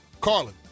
Carlin